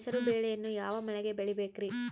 ಹೆಸರುಬೇಳೆಯನ್ನು ಯಾವ ಮಳೆಗೆ ಬೆಳಿಬೇಕ್ರಿ?